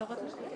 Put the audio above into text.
לגבי כל הנושא,